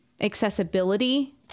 accessibility